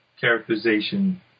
characterization